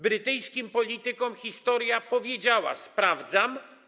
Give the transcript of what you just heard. Brytyjskim politykom historia powiedziała: sprawdzam.